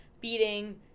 beating